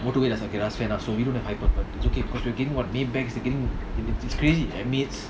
anything it's okay cause we're getting what bags they're it's it's crazy